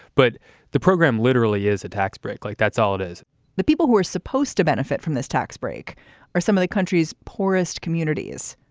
but the program literally is a tax break. like that's all it is the people who are supposed to benefit from this tax break or some of the country's poorest communities,